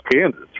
Kansas